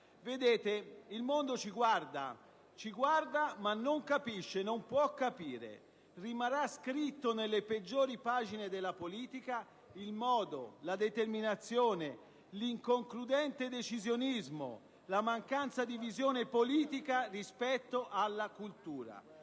Vedete, il mondo ci guarda; ci guarda, ma non capisce, non può capire. Rimarrà scritto nelle peggiori pagine della politica il modo, la determinazione, l'inconcludente decisionismo, la mancanza di visione politica rispetto alla cultura,